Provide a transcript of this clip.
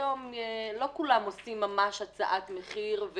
היום לא כולם עושים ממש הצעת מחיר.